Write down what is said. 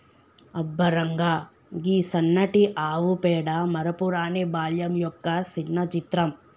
అబ్బ రంగా, గీ సన్నటి ఆవు పేడ మరపురాని బాల్యం యొక్క సిన్న చిత్రం